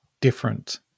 different